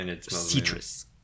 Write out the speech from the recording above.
Citrus